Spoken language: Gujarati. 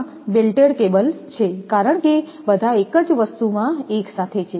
તેથી આ બેલ્ટેડ કેબલ છે કારણ કે બધા એક જ વસ્તુમાં એક સાથે છે